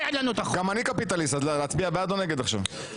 גם אני קפיטליסט, להצביע בעד או נגד עכשיו?